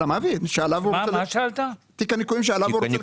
של המעביד שעליו הוא רוצה